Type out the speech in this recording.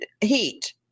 heat